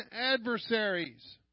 adversaries